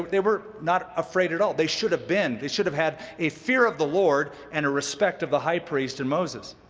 they were not afraid at all. they should have been. they should have had a fear of the lord and a respect of the high priest and moses.